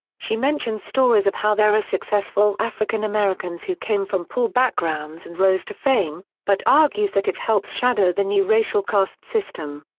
she mentions stories of how there are successful african americans who came from poor backgrounds and rose to fame, but argues that it helps shadow the new racial caste system.